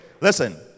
Listen